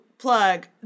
plug